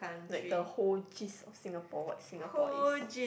like the whole gist of Singapore what Singapore is